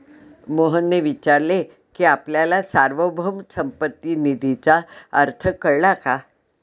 मोहनने विचारले की आपल्याला सार्वभौम संपत्ती निधीचा अर्थ कळला का?